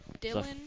Dylan